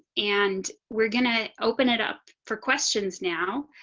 and we're going to open it up for questions now.